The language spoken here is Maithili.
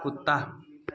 कुत्ता